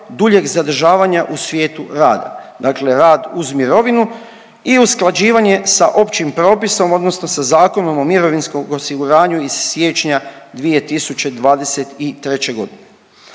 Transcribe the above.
duljeg zadržavanja u svijetu rada, dakle rad uz mirovinu i usklađivanje sa općim propisom odnosno sa Zakonom o mirovinskom osiguranju iz siječnja 2023.g..